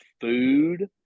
food